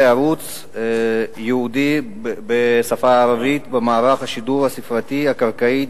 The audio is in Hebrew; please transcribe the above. ערוץ ייעודי בשפה הערבית במערך השידור הספרתי-קרקעי,